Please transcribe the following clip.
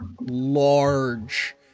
large